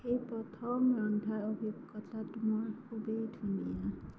সেই প্ৰথম ৰন্ধাৰ অভিজ্ঞতাটো মোৰ খুবেই ধুনীয়া